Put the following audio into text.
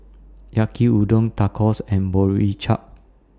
Yaki Udon Tacos and Boribap